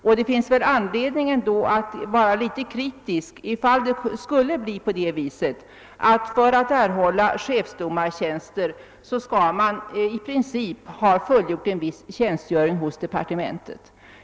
Och det finns väl då anledning att vara observant, om det börjar bli så att man för att få en chefsdomartjänst i princip skall ha fullgjort viss tjänstgöring i ett departement.